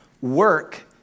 work